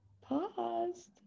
Paused